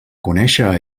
conèixer